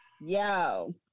yo